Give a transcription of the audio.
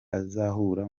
azahura